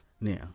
now